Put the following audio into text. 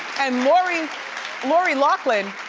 and lori lori laughlin,